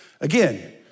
Again